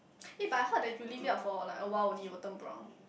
eh but I heard that if you leave it out for like a while only it will turn brown